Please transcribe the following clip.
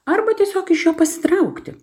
arba tiesiog iš jo pasitraukti